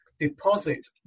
deposit